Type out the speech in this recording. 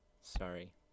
Sorry